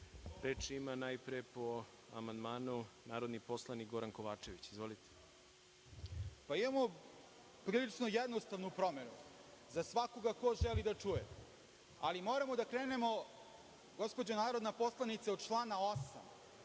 ima najpre po amandmanu narodni poslanik Goran Kovačević. Izvolite. **Goran Kovačević** Imamo prilično jednostavnu promenu za svakoga ko želi da čuje, ali moramo da krenemo, gospođo narodna poslanice, od člana 8.